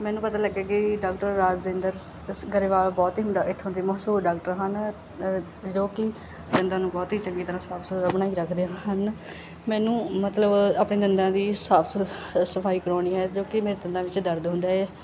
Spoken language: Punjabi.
ਮੈਨੂੰ ਪਤਾ ਲੱਗਿਆ ਕਿ ਡਾਕਟਰ ਰਾਜਿੰਦਰ ਸ ਗਰੇਵਾਲ ਬਹੁਤ ਹੀ ਇੱਥੋਂ ਦੇ ਮਸ਼ਹੂਰ ਡਾਕਟਰ ਹਨ ਜੋ ਕਿ ਦੰਦਾਂ ਨੂੰ ਬਹੁਤ ਹੀ ਚੰਗੀ ਤਰ੍ਹਾਂ ਸਾਫ਼ ਸੁਥਰਾ ਬਣਾਈ ਰੱਖਦੇ ਹਨ ਮੈਨੂੰ ਮਤਲਬ ਆਪਣੇ ਦੰਦਾਂ ਦੀ ਸਾਫ਼ ਅ ਸਫਾਈ ਕਰਵਾਉਣੀ ਹੈ ਜੋ ਕਿ ਮੇਰੇ ਦੰਦਾਂ ਵਿੱਚ ਦਰਦ ਹੁੰਦਾ ਹੈ